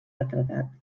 retratat